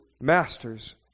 masters